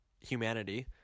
Humanity